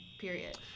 Period